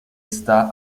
está